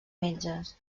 metges